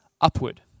upward